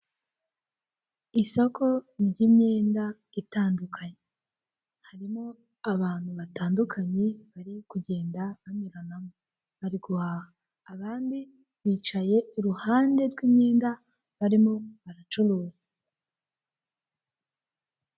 Isoko ry'imyenda itandukanye, harimo abantu batandukanye bari kugenda banyuranamo bari guhaha. Abandi bicaye iruhande rw'imyenda barimo baracuruza.